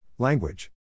Language